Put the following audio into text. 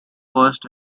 first